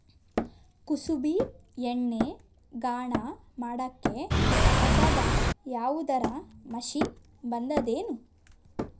ಕುಸುಬಿ ಎಣ್ಣೆ ಗಾಣಾ ಮಾಡಕ್ಕೆ ಹೊಸಾದ ಯಾವುದರ ಮಷಿನ್ ಬಂದದೆನು?